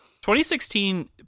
2016